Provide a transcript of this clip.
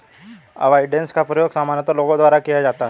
avoidance का प्रयोग सामान्यतः लोगों द्वारा किया जाता है